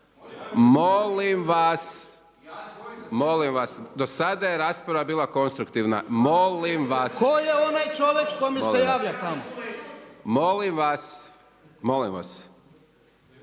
Molim vas, molim vas, do sada je rasprava bila konstruktivna, molim vas./… Tko je onaj čovjek što mi se javlja tamo? …/Upadica